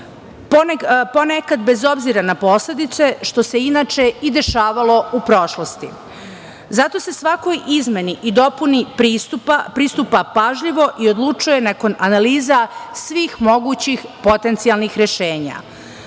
ponekad bez obzira na posledice, što se inače i dešavalo u prošlosti. Zato se svakoj izmeni i dopuni pristupa pažljivo i odlučuje nakon analiza svih mogućih potencijalnih rešenja. Naime,